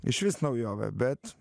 išvis naujovė bet